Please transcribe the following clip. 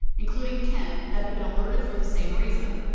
including kent, that have been alerted for the same reason.